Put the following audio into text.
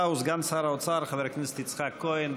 הוא סגן שר האוצר חבר הכנסת יצחק כהן.